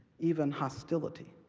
even hostility.